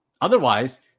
otherwise